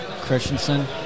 Christensen